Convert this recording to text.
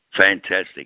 Fantastic